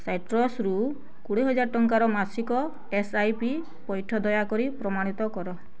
ସାଇଟ୍ରସ୍ରୁ କୋଡ଼ିଏ ହଜାର ଟଙ୍କାର ମାସିକ ଏସ୍ ଆଇ ପି ପଇଠ ଦୟାକରି ପ୍ରମାଣିତ କର